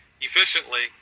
efficiently